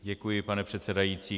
Děkuji, pane předsedající.